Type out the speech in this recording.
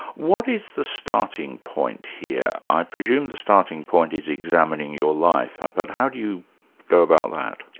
what is the starting point here? i presume the starting point is examining your life, but how do you go about that?